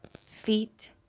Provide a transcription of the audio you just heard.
feet